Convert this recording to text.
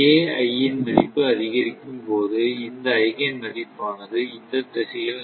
ன் மதிப்பு அதிகரிக்கும் பொது இந்த ஐகேன் மதிப்பானது இந்த திசையில் நகரும்